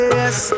Yes